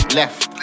left